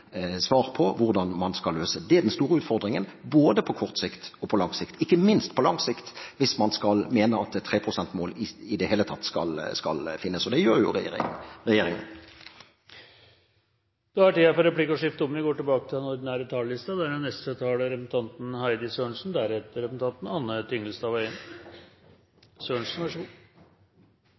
svar på hvordan man skal løse. Det er den store utfordringen både på kort sikt og på lang sikt – ikke minst på lang sikt – hvis man mener at 3 pst.-målet i det hele tatt skal finnes, og det gjør jo regjeringen. Replikkordskiftet er omme. Vi er enige om svært mye i denne innstillingen, det synes jeg er en